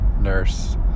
Nurse